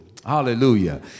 hallelujah